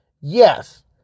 yes